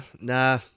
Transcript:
Nah